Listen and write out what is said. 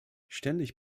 ständig